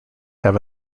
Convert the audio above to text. have